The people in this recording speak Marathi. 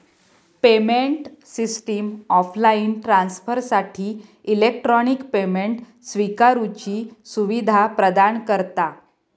पेमेंट सिस्टम ऑफलाईन ट्रांसफरसाठी इलेक्ट्रॉनिक पेमेंट स्विकारुची सुवीधा प्रदान करता